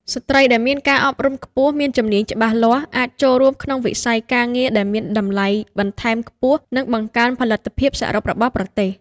ស្ត្រីដែលមានការអប់រំខ្ពស់មានជំនាញច្បាស់លាស់ អាចចូលរួមក្នុងវិស័យការងារដែលមានតម្លៃបន្ថែមខ្ពស់ និងបង្កើនផលិតភាពសរុបរបស់ប្រទេស។